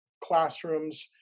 classrooms